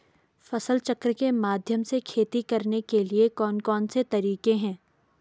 फसल चक्र के माध्यम से खेती करने के लिए कौन कौन से तरीके हैं?